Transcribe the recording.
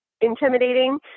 intimidating